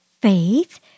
faith